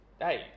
hey